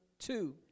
Two